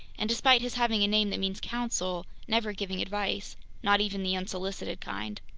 and despite his having a name that means counsel, never giving advice not even the unsolicited kind!